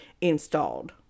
installed